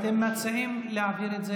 אנחנו מצביעים להעביר את זה,